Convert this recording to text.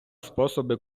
способи